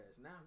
Now